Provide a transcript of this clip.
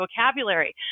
vocabulary